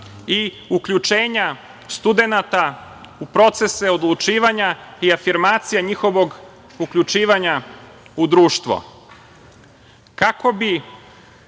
i uključenja studenata u procese odlučivanja i afirmacija njihovog uključivanja u društvo. Kako